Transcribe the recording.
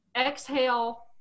exhale